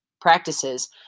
practices